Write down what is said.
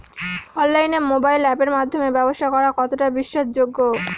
অনলাইনে মোবাইল আপের মাধ্যমে ব্যাবসা করা কতটা বিশ্বাসযোগ্য?